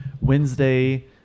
Wednesday